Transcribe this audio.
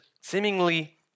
seemingly